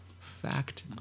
Fact